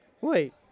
Wait